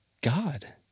God